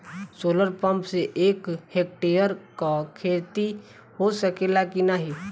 Solar pump से एक hectare क खेती हो सकेला की नाहीं?